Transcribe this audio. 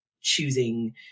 choosing